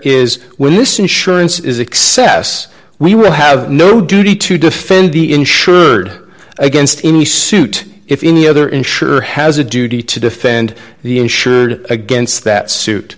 is when this insurance is excess we will have no duty to defend the insured against any suit if any other insurer has a duty to defend the insured against that suit